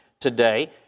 today